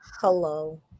Hello